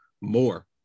more